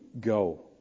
go